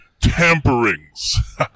tamperings